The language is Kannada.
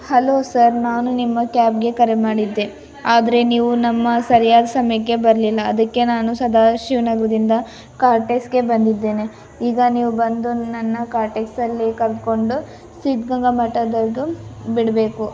ಹಲೋ ಸರ್ ನಾನು ನಿಮ್ಮ ಕ್ಯಾಬಿಗೆ ಕರೆ ಮಾಡಿದ್ದೆ ಆದರೆ ನೀವು ನಮ್ಮ ಸರಿಯಾದ ಸಮಯಕ್ಕೆ ಬರಲಿಲ್ಲ ಅದಕ್ಕೆ ನಾನು ಸದಾಶಿವ ನಗರದಿಂದ ಕಾರ್ಟೆಕ್ಸಿಗೆ ಬಂದಿದ್ದೇನೆ ಈಗ ನೀವು ಬಂದು ನನ್ನ ಕಾರ್ಟೆಕ್ಸಲ್ಲಿ ಕರಕೊಂಡು ಸಿದ್ಧಗಂಗಾ ಮಠದವರೆಗೂ ಬಿಡಬೇಕು